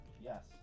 Yes